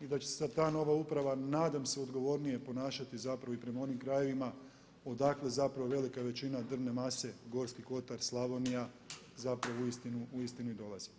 i da će se ta nova uprava nadam se odgovornije ponašati zapravo i prema onim krajevima odakle zapravo velika većina drvne mase Gorski kotar, Slavonija, zapravo u istinu i dolazi.